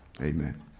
amen